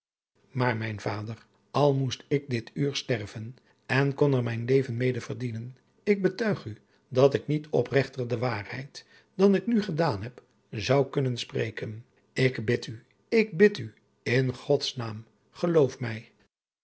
maar mijn vader al moest ik dit uur sterven en kon er mijn leven mede verdienen ik betuig u dat ik niet opregter de waarheid dan ik nu gedaan heb zou kunnen spreken ik bid u ik bid u in gods naam geloof mij